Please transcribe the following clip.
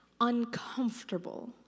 uncomfortable